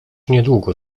niedługo